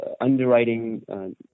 underwriting